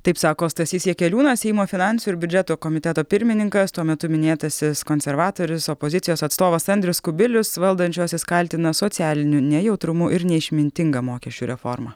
taip sako stasys jakeliūnas seimo finansų ir biudžeto komiteto pirmininkas tuo metu minėtasis konservatorius opozicijos atstovas andrius kubilius valdančiuosius kaltina socialiniu nejautrumu ir neišmintinga mokesčių reforma